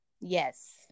Yes